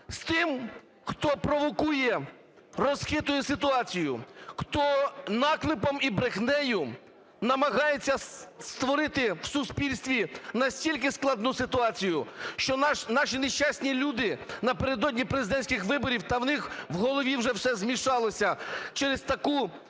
з тим, хто провокує, розхитує ситуацію, хто наклепом і брехнею намагається створити в суспільстві настільки складну ситуацію, що наші нещасні люди напередодні президентських виборів, та в них у голові вже все змішалося через таку…